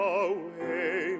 away